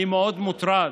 אני מאוד מוטרד.